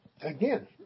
again